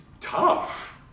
tough